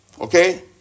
Okay